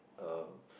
uh